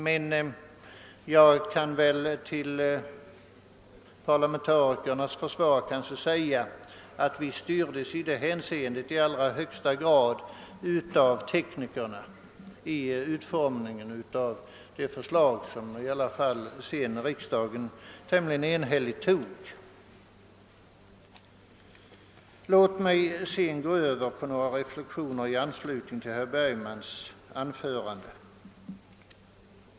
Men jag vill till parlamentarikernas försvar säga, att vi styrdes i allra högsta grad av teknikerna vid utformningen av det förslag som riksdagen i alla fall tämligen enhälligt antog. Låt mig sedan gå över till några reflexioner i anslutning till herr Bergmans anförande.